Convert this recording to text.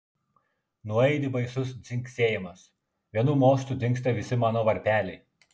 nuaidi baisus dzingsėjimas vienu mostu dingsta visi mano varpeliai